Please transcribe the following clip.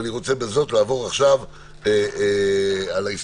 ואני רוצה לעבור עכשיו על ההסתייגויות,